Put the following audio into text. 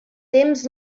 temps